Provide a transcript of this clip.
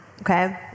okay